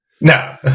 No